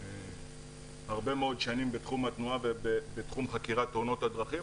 אני הרבה מאוד שנים בתנועה בתחום חקירת תאונות הדרכים,